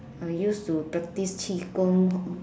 I used to practice qi gong